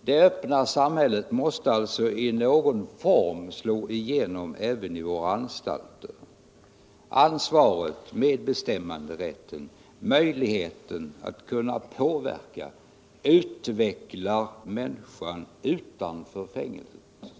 det öppna samhället, måste i någon form slå igenom även i våra anstalter: ansvaret, medbestämmanderätten, möjligheten att kunna påverka och utveckla människan utanför fängelset.